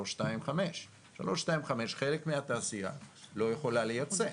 3.25. ב-3.25 חלק מהתעשייה לא יכולה לייצא.